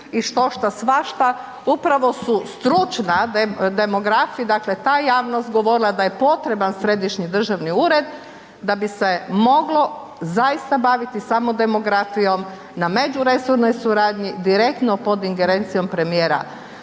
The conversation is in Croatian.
i štošta svašta. Upravo su stručni demografi, dakle ta javnost govorila da je potreban središnji državni ured da bi se moglo zaista baviti samo demografijom na međuresornoj suradnji direktno pod ingerencijom premijera